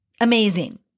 Amazing